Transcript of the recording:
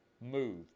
move